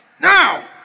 Now